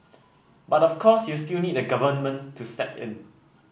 but of course you'll still need the Government to step in